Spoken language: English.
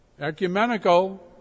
Ecumenical